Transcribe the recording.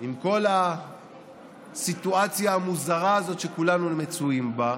עם כל הסיטואציה המוזרה הזאת שכולנו מצויים בה,